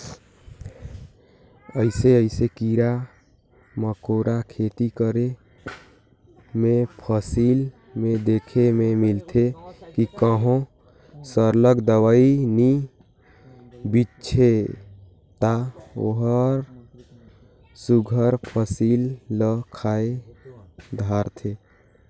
अइसे अइसे कीरा मकोरा खेती कर करे में फसिल में देखे ले मिलथे कि कहों सरलग दवई नी छींचे ता ओहर सुग्घर फसिल ल खाए धारथे